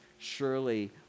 surely